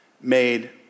made